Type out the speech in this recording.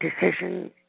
decision